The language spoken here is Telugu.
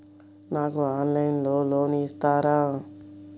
నాకు ఆన్లైన్లో లోన్ ఇస్తారా?